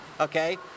okay